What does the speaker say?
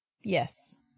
yes